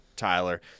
Tyler